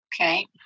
Okay